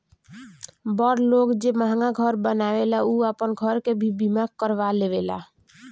बड़ लोग जे महंगा घर बनावेला उ आपन घर के भी बीमा करवा लेवेला